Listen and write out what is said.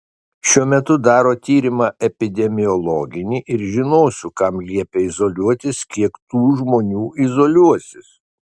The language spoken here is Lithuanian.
šiuo metu daro tyrimą epidemiologinį ir žinosiu kam liepia izoliuotis kiek tų žmonių izoliuosis